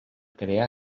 crear